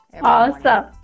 Awesome